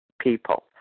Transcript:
people